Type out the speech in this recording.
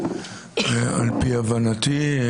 על פי הבנתי,